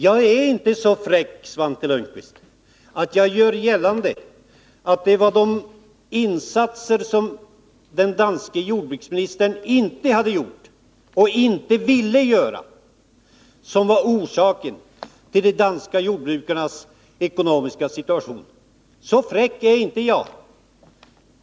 Jag är inte så fräck, Svante Lundkvist, att jag gör gällande att det var de insatser som den danske jordbruksministern inte hade gjort och inte ville göra som var orsaken till de danska jordbrukarnas ekonomiska situation.